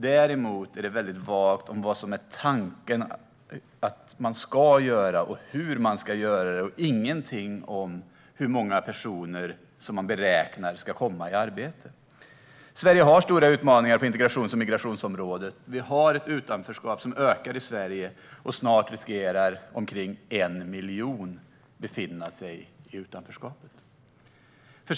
Däremot är det väldigt vagt om vad som är tanken att man ska göra och hur man ska göra det, och det finns ingenting om hur många personer som man beräknar ska komma i arbete. Sverige har stora utmaningar på integrations och migrationsområdet. Vi har ett utanförskap som ökar i Sverige, och snart riskerar omkring 1 miljon personer att befinna sig i utanförskapet.